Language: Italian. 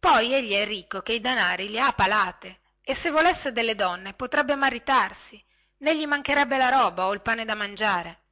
poi egli è ricco che i denari li ha a palate e se volesse delle donne potrebbe maritarsi nè gli mancherebbe la roba o il pane da mangiare